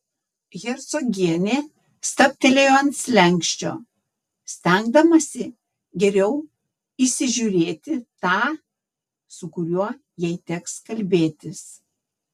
hercogienė stabtelėjo ant slenksčio stengdamasi geriau įsižiūrėti tą su kuriuo jai teks kalbėtis